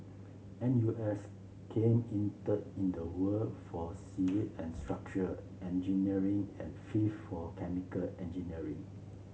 N U S came in third in the world for civil and structural engineering and fifth for chemical engineering